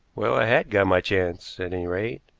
well, i had got my chance, at any rate,